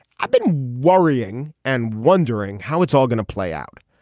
i've been worrying and wondering how it's all going to play out.